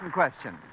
question